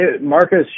Marcus